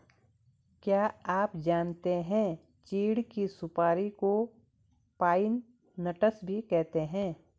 क्या आप जानते है चीढ़ की सुपारी को पाइन नट्स भी कहते है?